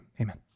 amen